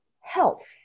health